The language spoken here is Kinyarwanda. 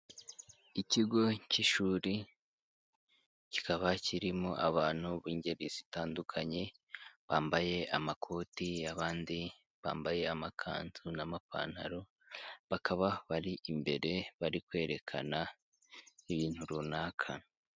Ikigo cy'ishuri, kikaba kirimo abantu b'ingeri zitandukanye, bambaye amakoti, abandi bambaye amakanzu n'amapantaro, bakaba bari imbere, bari kwerekana ibintu runaka.